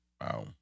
Wow